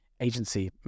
agency